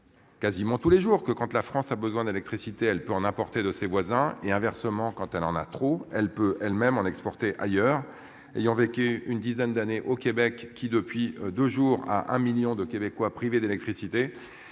Quasiment tous les jours que compte la France a besoin d'électricité, elle peut en apporter de ses voisins et inversement, quand elle en a trop, elle peut elle-même en exporter ailleurs ayant vécu une dizaine d'années au Québec qui depuis 2 jours à un million de Québécois privés d'électricité.